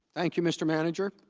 thank you mr. manager